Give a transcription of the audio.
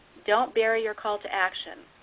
don't bury your call to action.